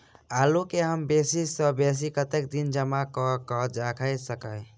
आलु केँ हम बेसी सऽ बेसी कतेक दिन जमा कऽ क राइख सकय